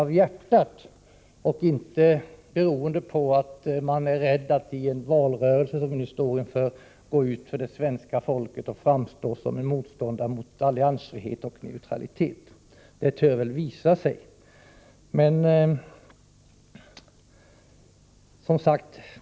Jag hoppas således att de inte beror på en rädsla hos moderaterna, med tanke på den valrörelse som vi nu står inför, att hos svenska folket framstå som en motståndare till alliansfrihet och neutralitet. Det tör visa sig så småningom hur det förhåller sig.